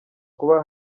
kuba